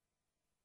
סדר-היום.